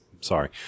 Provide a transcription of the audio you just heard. Sorry